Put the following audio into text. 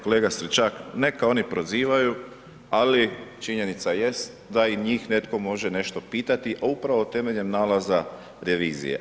Kolega Stričak, neka oni prozivaju, ali činjenica jest da i njih netko može nešto pitati, a upravo temeljem nalaza revizije.